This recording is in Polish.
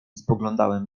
spoglądałem